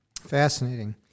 Fascinating